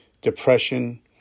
depression